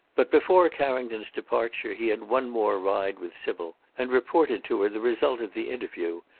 but before carrington's departure he had one more ride with sybil, and reported to her the result of the interview,